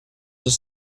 does